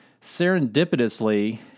serendipitously